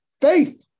faith